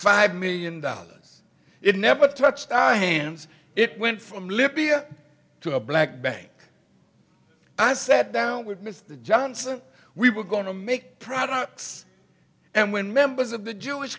five million dollars it never touched our hands it went from libya to a black bank i sat down with mr johnson we were going to make products and when members of the jewish